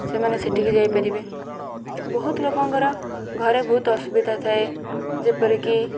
ସେମାନେ ସେଠିକି ଯାଇପାରିବେ ବହୁତ ଲୋକଙ୍କର ଘରେ ବହୁତ ଅସୁବିଧା ଥାଏ ଯେପରିକି